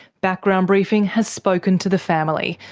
background briefing has spoken to the family,